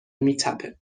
میتپه